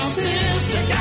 sister